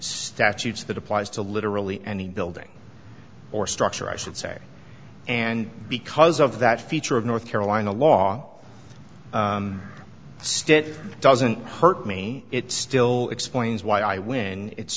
statutes that applies to literally any building or structure i should say and because of that feature of north carolina law still it doesn't hurt me it still explains why when it's